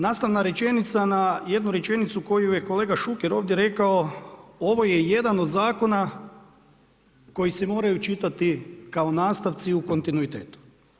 Nastavna rečenica na jednu rečenicu koju je kolega Šuker ovdje rekao ovo je jedan od zakona koji se moraju čitati kao nastavci u kontinuitetu.